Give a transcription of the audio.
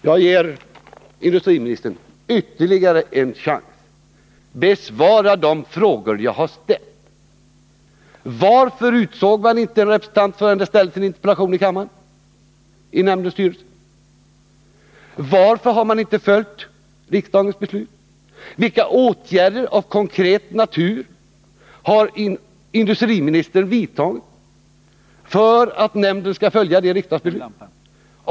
Jag ger industriministern ytterligare en chans att besvara de frågor jag har ställt. Varför utsåg man inte en representant i nämndens styrelse förrän det hade framställts en interpellation i kammaren? Varför har man inte följt riksdagens beslut? Vilka åtgärder av konkret natur har industriministern vidtagit för att nämnden skall följa det riksdagsbeslutet?